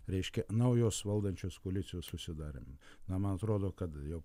reiškia naujos valdančios koalicijos susidarymą na man atrodo kad jau